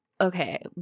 okay